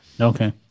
Okay